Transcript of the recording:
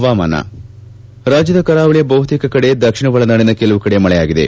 ಹವಾವರ್ತಮಾನ ರಾಜ್ಞದ ಕರಾವಳಿಯ ಬಹುತೇಕ ಕಡೆ ದಕ್ಷಿಣ ಒಳನಾಡಿನ ಕೆಲವು ಕಡೆ ಮಳೆಯಾಗಿದೆ